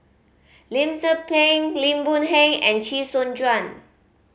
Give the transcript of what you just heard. Lim Tze Peng Lim Boon Heng and Chee Soon Juan